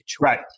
Right